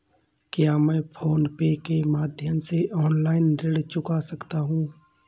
क्या मैं PhonePe के माध्यम से ऑनलाइन ऋण चुका सकता हूँ?